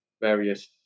various